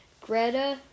Greta